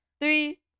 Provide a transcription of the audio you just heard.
three